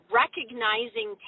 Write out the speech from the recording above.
recognizing